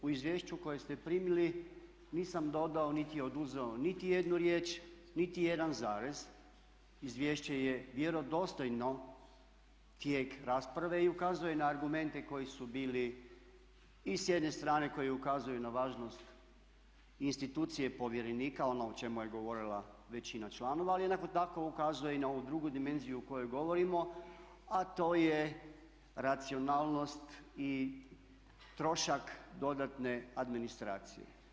U izvješću koje ste primili nisam dodao niti oduzeo niti jednu riječ, niti jedan zarez, izvješće je vjerodostojno tijeku rasprave i ukazuje na argumente koji su bili i s jedne strane koji ukazuje na važnost institucije i povjerenika, ono o čemu je govorila većina članova ali jednako tako ukazuje i na ovu drugu dimenziju o kojoj govorimo a to je racionalnost i trošak dodatne administracije.